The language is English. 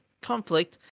conflict